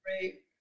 great